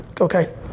Okay